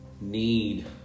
need